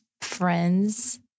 friends